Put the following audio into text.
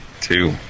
two